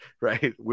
Right